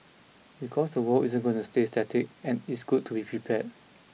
because the world isn't gonna stay static and it's good to be prepared